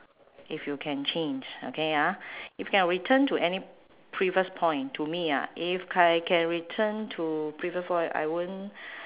if you can change okay ah if can return to any previous point to me ah if I can return to previous point I won't